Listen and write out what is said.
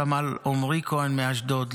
סמל עמרי כהן מאשדוד,